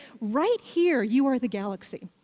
right here, you are the galaxy.